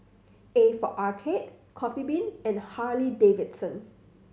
A for Arcade Coffee Bean and Harley Davidson